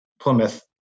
Plymouth